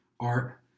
art